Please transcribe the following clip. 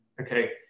okay